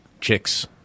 chicks